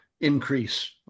increase